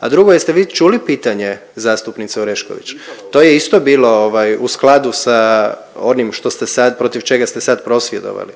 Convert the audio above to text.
A drugo jeste vi čuli pitanje zastupnice Orešković? To je isto bilo ovaj, u skladu sa onim što ste sad protiv čega ste sad prosvjedovali.